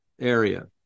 area